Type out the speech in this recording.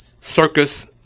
circus